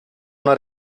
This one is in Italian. una